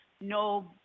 no